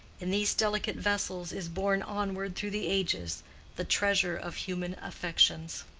in these delicate vessels is borne onward through the ages the treasure of human affections.